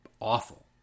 awful